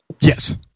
Yes